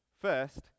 First